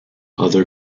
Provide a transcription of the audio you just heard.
other